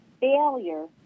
failure